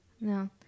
no